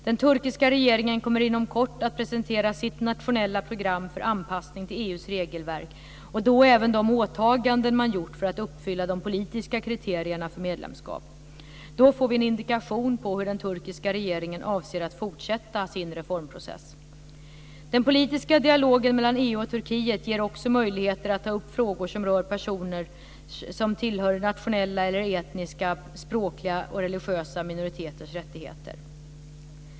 Den turkiska regeringen kommer inom kort att presentera sitt nationella program för anpassning till EU:s regelverk och då även de åtaganden man gjort för att uppfylla de politiska kriterierna för medlemskap. Då får vi en indikation på hur den turkiska regeringen avser att fortsätta sin reformprocess. Den politiska dialogen mellan EU och Turkiet ger också möjligheter att ta upp frågor som rör personer som tillhör nationella eller etniska, språkliga och religiösa minoriteter och deras rättigheter.